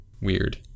weird